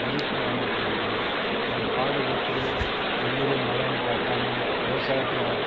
மதிப்பில்லாமல் போயிடுது அவங்க பாடுபட்டு வெயில் மழைனு பார்க்காம விவசாயத்துயத்தில்